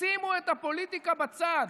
שימו את הפוליטיקה בצד,